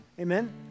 Amen